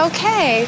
Okay